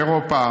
באירופה,